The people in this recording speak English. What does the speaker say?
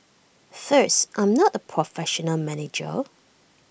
first I'm not A professional manager